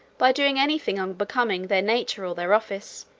by doing any thing unbecoming their nature or their office.